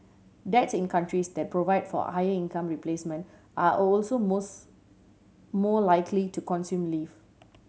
dads in countries that provide for higher income replacement are also most more likely to consume leave